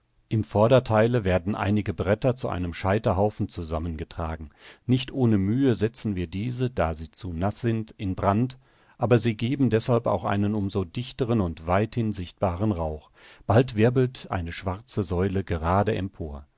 im vordertheile werden einige bretter zu einem scheiterhaufen zusammen getragen nicht ohne mühe setzen wir diese da sie zu naß sind in brand aber sie geben deshalb auch einen um so dichteren und weiterhin sichtbaren rauch bald wirbelt eine schwarze säule gerade empor